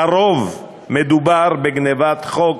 לרוב מדובר בגנבת חוק,